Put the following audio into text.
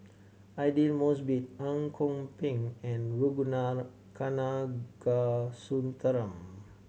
Aidli Mosbit Ang Kok Peng and Ragunathar Kanagasuntheram